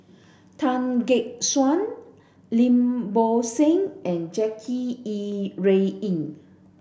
Tan Gek Suan Lim Bo Seng and Jackie Yi Ru Ying